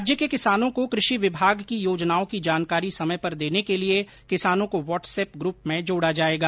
राज्य के किसानों को कृषि विभाग की योजनाओं की जानकारी समय पर देने के लिए किसानों को व्हाट्सएप ग्रुप में जोड़ा जाएगा